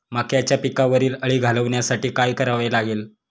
मक्याच्या पिकावरील अळी घालवण्यासाठी काय करावे लागेल?